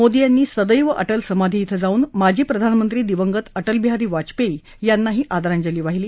मोदी यांनी सदद्व अटल समाधी ॐ जाऊन माजी प्रधानमंत्री दिवंगत अटलबिहारी वाजपेयी यांनाही आदरांजली वाहिली